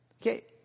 Okay